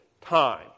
time